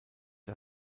das